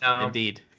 indeed